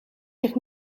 zich